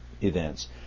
events